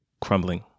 crumbling